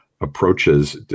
approaches